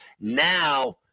now –